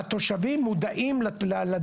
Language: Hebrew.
והתושבים מודעים לדרך הזאת.